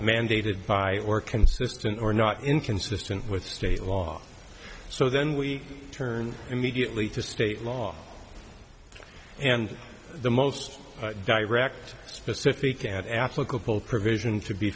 act mandated by or consistent or not inconsistent with state law so then we turn immediately to state law and the most direct specific and applicable provision to be